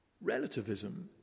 Relativism